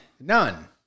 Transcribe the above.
None